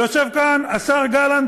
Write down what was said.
יושב כאן השר גלנט,